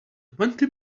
twenty